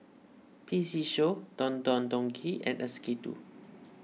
P C Show Don Don Donki and S K two